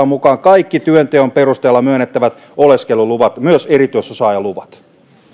mukaan kaikki työnteon perusteella myönnettävät oleskeluluvat myös erityisosaajaluvat